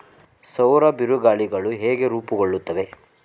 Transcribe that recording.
ಸೌರ ಬಿರುಗಾಳಿಗಳು ಹೇಗೆ ರೂಪುಗೊಳ್ಳುತ್ತವೆ?